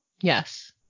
Yes